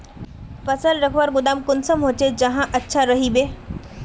फसल रखवार गोदाम कुंसम होले ज्यादा अच्छा रहिबे?